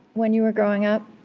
when you were growing up?